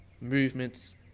movements